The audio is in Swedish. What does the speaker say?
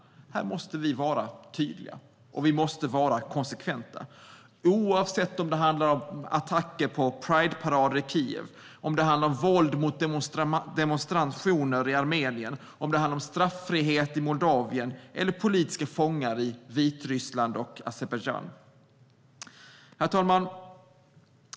Här måste vi vara tydliga, och vi måste vara konsekventa, oavsett om det handlar om attacker på prideparader i Kiev, om det handlar om våld mot demonstrationer i Armenien, om det handlar om straffrihet i Moldavien eller om det handlar om politiska fångar i Vitryssland och Azerbajdzjan. Herr talman!